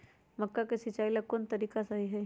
मक्का के सिचाई ला कौन सा तरीका सही है?